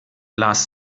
las